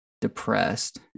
depressed